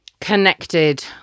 connected